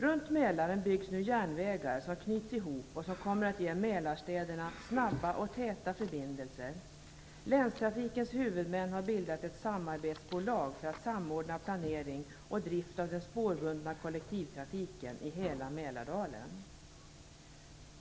Runt Mälaren byggs nu järnvägar som knyts ihop och som kommer att ge Mälarstäderna snabba och täta förbindelser. Länstrafikens huvudmän har bildat ett samarbetsbolag för att samordna planering och drift av den spårbundna kollektivtrafiken i hela Mälardalen.